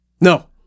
No